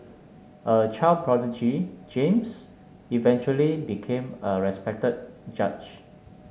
a child prodigy James eventually became a respected judge